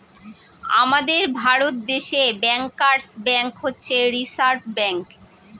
আমাদের ভারত দেশে bankers bank হচ্ছে রিসার্ভ ব্যাঙ্ক